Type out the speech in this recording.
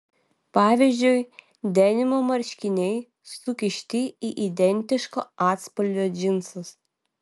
pavyzdžiui denimo marškiniai sukišti į identiško atspalvio džinsus